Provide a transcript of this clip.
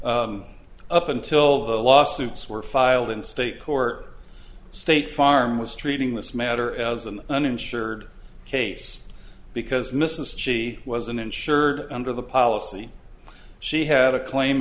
notice up until the lawsuits were filed in state court state farm was treating this matter as an uninsured case because mrs she wasn't insured under the policy she had a claim